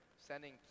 sending